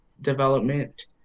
development